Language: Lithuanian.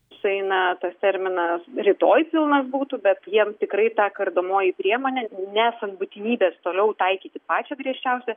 sueina tas terminas rytoj pilnas būtų bet jiem tikrai ta kardomoji priemonė nesant būtinybės toliau taikyti pačią griežčiausią